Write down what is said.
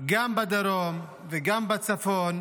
גם בדרום וגם בצפון,